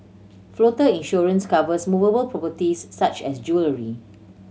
floater insurance covers movable properties such as jewellery